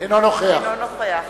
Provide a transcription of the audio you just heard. - אינו נוכח